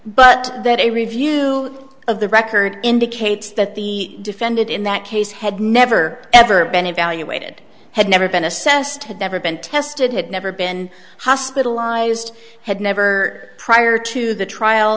but that a review of the record indicates that the defendant in that case had never ever been evaluated had never been assessed had never been tested had never been hospitalized had never prior to the trial